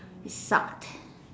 it sucked